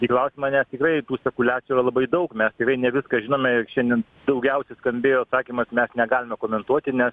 į klausimą tikrai tų spekuliacijų yra labai daug mes tikai ne viską žinome ir šiandien daugiausiai skambėjo atsakymas mes negalime komentuoti nes